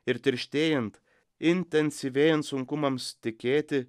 ir tirštėjant intensyvėjant sunkumams tikėti